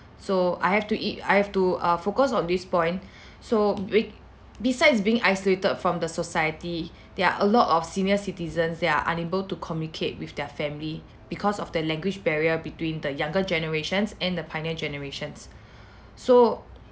so I have to it~ I have to uh focus on this point so we besides being isolated from the society there are a lot of senior citizens that are unable to communicate with their family because of the language barrier between the younger generations and the pioneer generations so